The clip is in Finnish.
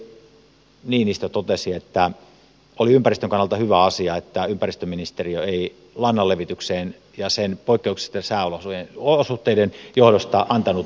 täällä ministeri niinistö totesi että oli ympäristön kannalta hyvä asia että ympäristöministeriö ei lannanlevitykseen poikkeuksellisten sääolosuhteiden johdosta antanut poikkeuslupaa